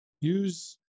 Use